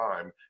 time